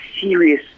serious